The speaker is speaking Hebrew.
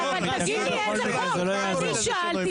השר --- קורא לזה שינוי משטר.